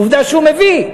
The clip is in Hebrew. עובדה שהוא מביא.